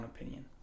opinion